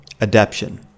Adaption